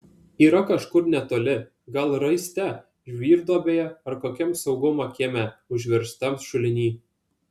yra kažkur netoli gal raiste žvyrduobėje ar kokiam saugumo kieme užverstam šuliny